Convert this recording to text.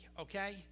okay